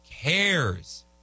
cares